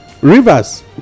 Rivers